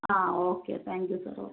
uh okay thank you sir okay